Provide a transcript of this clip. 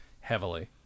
heavily